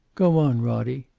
go on, roddie.